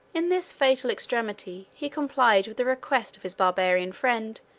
in this fatal extremity, he complied with the request of his barbarian friend,